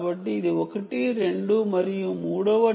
కాబట్టి ఇది 1 2 మరియు 3 వది